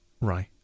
Right